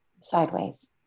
sideways